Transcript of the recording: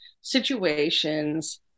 situations